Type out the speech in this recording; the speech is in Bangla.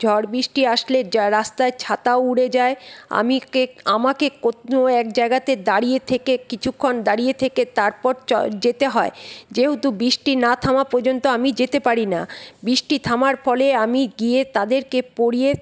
ঝড় বৃষ্টি আসলে রাস্তায় ছাতা উড়ে যায় আমি কে আমাকে কোনো এক জায়গাতে দাঁড়িয়ে থেকে কিছুক্ষণ দাঁড়িয়ে থেকে তারপর যেতে হয় যেহেতু বৃষ্টি না থামা পর্যন্ত আমি যেতে পারি না বৃষ্টি থামার ফলে আমি গিয়ে তাদেরকে পড়িয়ে